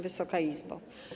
Wysoka Izbo!